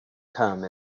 come